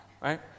right